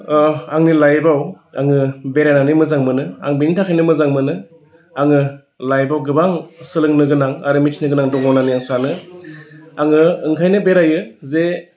आंनि लाइफआव आङो बेरायनानै मोजां मोनो आं बेनि थाखायनो मोजां मोनो आङो लाइफआव गोबां सोलोंनो गोनां आरो मिथिनो गोनां दङ होननानै आं सानो आङो ओंखायनो बेरायो जे